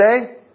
today